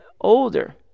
older